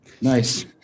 Nice